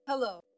Hello